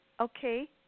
Okay